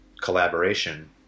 collaboration